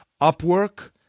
Upwork